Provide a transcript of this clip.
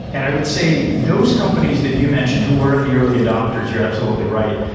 and i would say those companies that you mentioned. who were the early adapters? you're absolutely right.